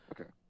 Okay